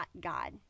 God